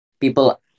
People